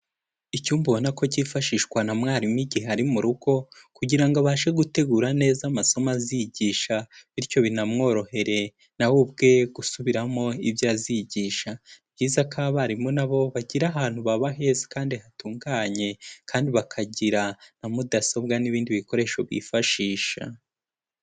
Icyumba ubonako cyifashishwa na mwalimu igihe ari mu rugo kugira ngo abashe gutegura neza amasomo azigisha, bityo binamworohere na we ubwe gusubiramo ibyo azigisha, ni byiza ko abarimu na bo bagira ahantu baba heza kandi hatunganye kandi bakagira na mudasobwa n'ibindi bikoresho bifashisha.